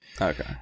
okay